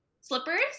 slippers